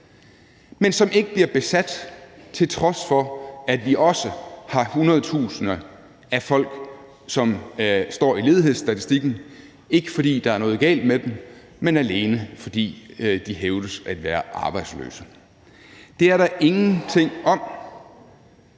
men som ikke bliver besat, til trods for at vi også har hundredtusinder af folk, som står i ledighedsstatistikken, ikke fordi der er noget galt med dem, men alene fordi de hævdes at være arbejdsløse. Det er der ingenting om.